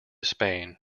spain